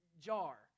jar